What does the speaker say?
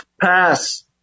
Pass